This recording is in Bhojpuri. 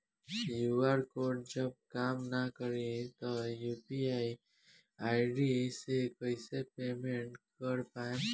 क्यू.आर कोड जब काम ना करी त यू.पी.आई आई.डी से कइसे पेमेंट कर पाएम?